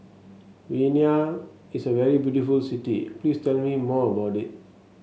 Vienna is a very beautiful city Please tell me more about it